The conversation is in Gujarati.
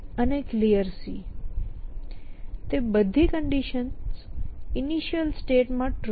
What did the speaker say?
તે બધી કંડિશન્સ ઇનિશીઅલ સ્ટેટ માં ટ્રુ છે